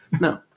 No